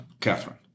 Catherine